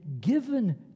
given